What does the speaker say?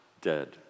dead